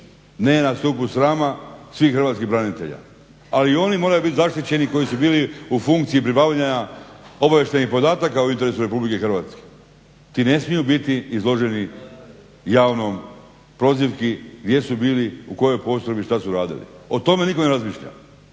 Ne na stupu srama svih hrvatskih branitelja. Ali i oni moraju biti zaštićeni koji su bili u funkciji pribavljanja obavještajnih podataka u interesu RH. Ti ne smiju biti izloženi javnoj prozivki gdje su bili, u kojoj postrojbi i što su radili. O tome nitko ne razmišlja.